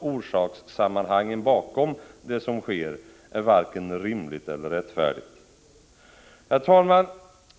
orsakssammanhangen bakom det som sker är varken rimligt eller rättfärdigt. Herr talman!